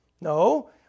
No